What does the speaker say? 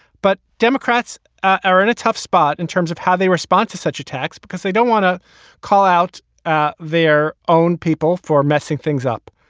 but democrats are in a tough spot in terms of how they respond to such attacks because they don't want to call out ah their own people for messing things up.